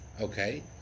Okay